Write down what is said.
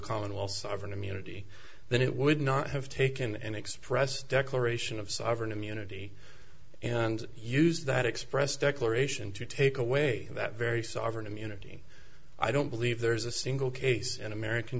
common all sovereign immunity then it would not have taken an express declaration of sovereign immunity and used that express declaration to take away that very sovereign immunity i don't believe there's a single case in american